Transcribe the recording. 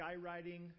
skywriting